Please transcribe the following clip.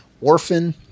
Orphan